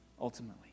ultimately